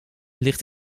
ligt